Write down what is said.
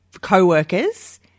co-workers